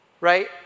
right